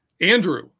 Andrew